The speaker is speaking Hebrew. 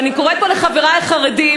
ואני קוראת פה לחברי החרדים,